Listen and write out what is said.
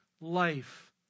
life